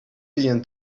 began